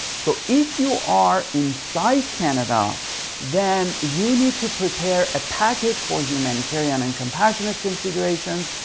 so if you are inside canada then you need to prepare a package for humanitarian and compassionate considerations.